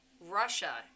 Russia